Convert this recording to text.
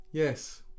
Yes